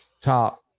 top